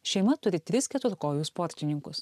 šeima turi tris keturkojų sportininkus